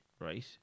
right